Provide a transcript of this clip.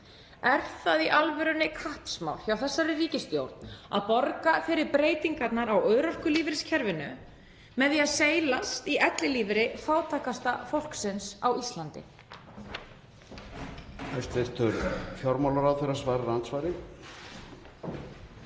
Er það í alvörunni kappsmál hjá þessari ríkisstjórn að borga fyrir breytingar á örorkulífeyriskerfinu með því að seilast í ellilífeyri fátækasta fólksins á Íslandi?